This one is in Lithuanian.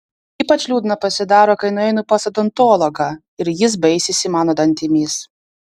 ypač liūdna pasidaro kai nueinu pas odontologą ir jis baisisi mano dantimis